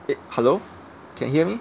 eh hello can hear me